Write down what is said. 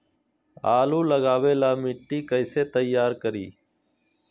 आलु लगावे ला मिट्टी कैसे तैयार करी?